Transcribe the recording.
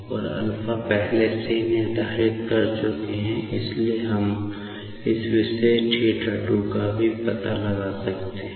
और α पहले से ही निर्धारित कर चुके हैं इसलिए हम इस विशेष θ 2 का पता लगा सकते हैं